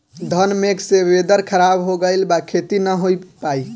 घन मेघ से वेदर ख़राब हो गइल बा खेती न हो पाई